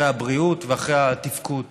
אחרי הבריאות ואחרי התפקוד.